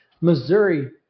Missouri